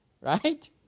Right